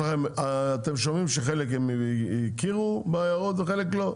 אתם שומעים שחלק הם הכירו בהערות וחלק לא.